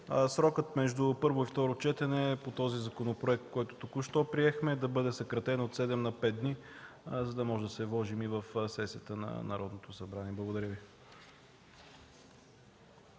между първо и второ четене по законопроекта, който току-що приехме, да бъде съкратен от седем на пет дни, за да можем да се вместим в сесията на Народното събрание. Благодаря Ви.